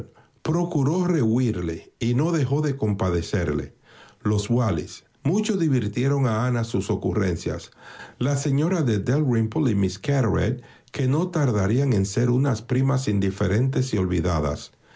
procuró rehuírle y no dejó de compadecerle los wallis mucho divirtieron a ana sus ocurrencias la señora de dalrymple y miss carteret que no tardarían en ser unas primas indiferentes y olvidadas